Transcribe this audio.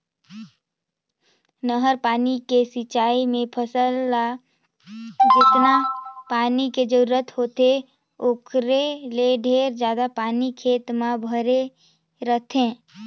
नहर पानी के सिंचई मे फसल ल जेतना पानी के जरूरत होथे ओखर ले ढेरे जादा पानी खेत म भरे रहथे